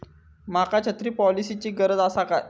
माका छत्री पॉलिसिची गरज आसा काय?